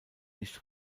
nicht